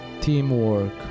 teamwork